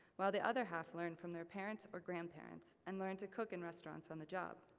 while the other half learned from their parents, or grandparents, and learned to cook in restaurants on the job.